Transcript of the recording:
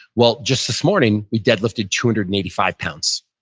well, just this morning, he dead lifted two hundred and eighty five pounds.